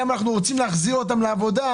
גם אם אנחנו רוצים להחזיר אותם לעבודה,